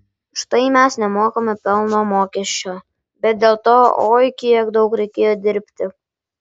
štai mes nemokame pelno mokesčio bet dėl to oi kiek daug reikėjo dirbti